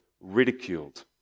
ridiculed